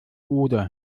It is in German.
oder